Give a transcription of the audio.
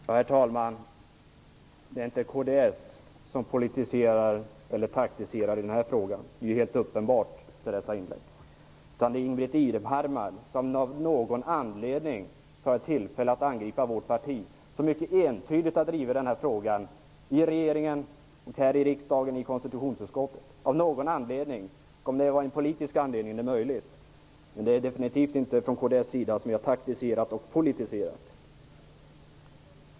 Herr talman! Det är inte kds som politiserar eller taktiserar i den här frågan. Det är helt uppenbart efter dessa inlägg. Det är Ingbritt Irhammar som av någon anledning tar tillfället i akt att angripa vårt parti. Vi har mycket entydigt drivit den här frågan i regeringen och här i riksdagen i konstitutionsutskottet. Det är möjligt att anledningen till att hon gör det är politisk. Kds har definitivt inte taktiserat och politiserat.